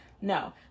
No